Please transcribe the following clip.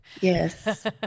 Yes